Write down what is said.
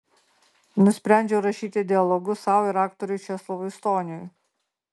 nusprendžiau rašyti dialogus sau ir aktoriui česlovui stoniui